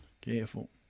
Careful